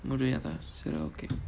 முடியாதா சரி:mudiyaaathaa sari okay